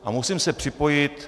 A musím se připojit.